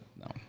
No